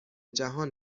جهان